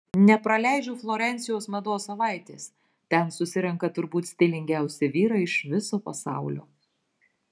nepraleidžiu florencijos mados savaitės ten susirenka turbūt stilingiausi vyrai iš viso pasaulio